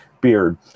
beard